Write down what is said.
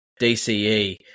DCE